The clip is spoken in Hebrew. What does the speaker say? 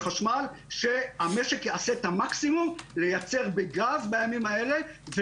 שהמשק יעשה את המקסימום לייצר בגז בימים האלה.